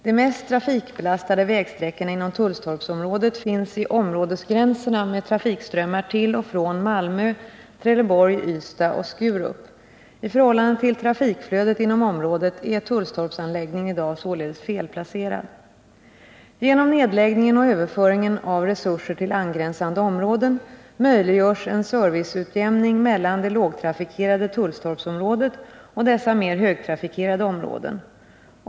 De mest trafikbelastade vägsträckorna inom Tullstorpsområdet finns i områdesgränserna med trafikströmmar till och från Malmö, Trelleborg, Ystad och Skurup. I förhållande till trafikflödet inom området är Tullstorpsanläggningen i dag således felplacerad. Genom nedläggningen och överföringen av resurser till angränsande områden möjliggörs en serviceutjämning mellan det lågtrafikerade Tullstorpsområdet och dessa mer högtrafikerade områden.